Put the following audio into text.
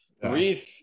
brief